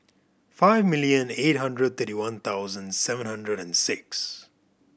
five million eight hundred thirty one thousand seven hundred and six